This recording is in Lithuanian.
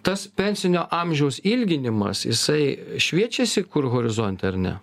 tas pensinio amžiaus ilginimas jisai šviečiasi kur horizonte ar ne